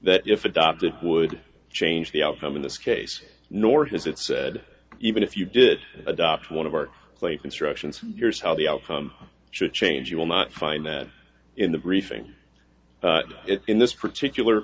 that if adopted would change the outcome in this case nor has it said even if you did adopt one of our claims instructions here's how the outcome should change you will not find that in the briefing in this particular